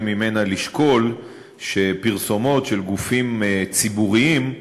ממנה לשקול שפרסומות של גופים ציבוריים,